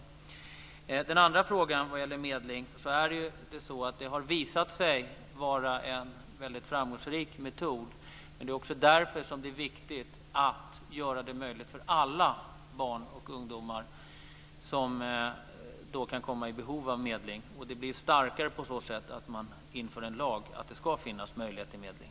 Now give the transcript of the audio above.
När det gäller den andra frågan om medling vill jag säga att det har visat sig vara en väldigt framgångsrik metod. Det är också därför som det är viktigt att göra det möjligt för alla barn och ungdomar som kan vara i behov av medling att också få det. Det blir starkare om man inför en lag att det ska finnas möjlighet till medling.